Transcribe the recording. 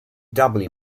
doubly